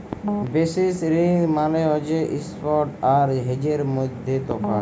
basis risk মালে হছে ইস্প্ট আর হেজের মইধ্যে তফাৎ